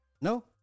No